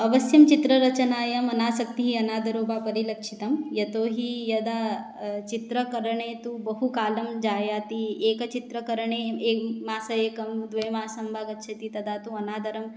अवश्यं चित्ररचनायाम् अनासक्तिः अनादरो वा परिलक्षितः यतो हि यदा चित्रकरणे तु बहुकालं जायते एकचित्रकरणे ए मासः एकं द्वे मासं वा गच्छति तदा तु अनादरः